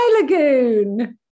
Lagoon